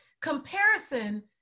comparison